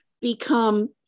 become